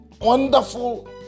wonderful